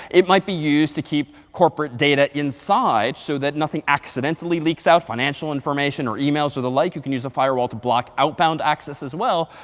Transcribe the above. it might be used to keep corporate data inside, so that nothing accidentally leaks out financial information, or emails, or the like. you can use a firewall to block outbound access as well.